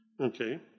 Okay